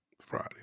friday